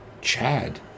Chad